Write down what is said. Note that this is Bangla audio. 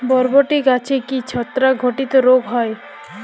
বরবটি গাছে কি ছত্রাক ঘটিত রোগ হয়?